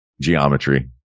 geometry